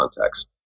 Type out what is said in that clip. context